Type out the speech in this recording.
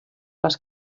les